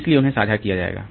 इसलिए उन्हें साझा किया जाएगा